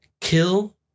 kill